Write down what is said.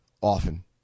often